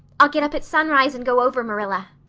i'll get up at sunrise and go over, marilla.